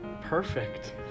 perfect